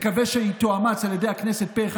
אני מקווה שהיא תאומץ על ידי הכנסת פה אחד,